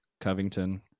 Covington